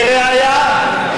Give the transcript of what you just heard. לראיה,